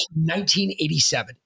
1987